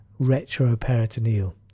retroperitoneal